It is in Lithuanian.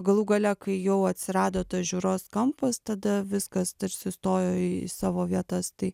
galų gale kai jau atsirado tas žiūros kampas tada viskas tarsi stojo į savo vietas tai